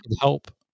help